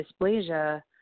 dysplasia